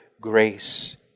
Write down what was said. grace